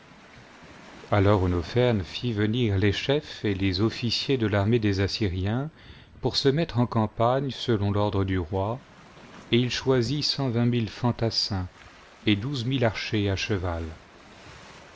alors holoferne fit venir les chels ot les officiers de l'armée des assyriens pour e mettre en campagne selon l'ordre du roi et il choisit cent vingt mi'le fantassins et douze mille archers à cheval